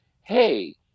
hey